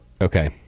Okay